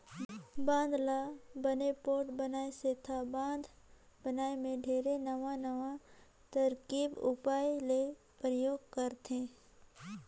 बांधा ल बने पोठ बनाए सेंथा बांध बनाए मे ढेरे नवां नवां तरकीब उपाय ले परयोग करथे